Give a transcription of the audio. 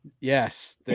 Yes